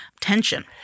tension